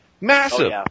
Massive